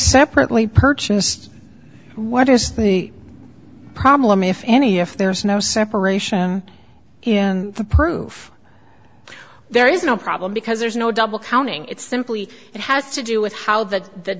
separately purchased what is the problem if any if there is no separation in the proof there is no problem because there's no double counting it's simply it has to do with how the the